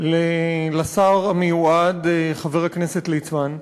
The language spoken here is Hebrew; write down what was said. לשר המיועד, חבר הכנסת ליצמן.